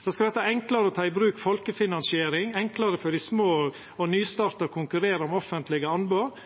Det skal verta enklare å ta i bruk folkefinansiering, enklare for dei små og nystarta å konkurrera om offentlege anbod,